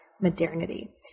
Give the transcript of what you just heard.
Modernity